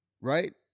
right